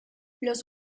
los